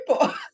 people